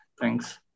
Thanks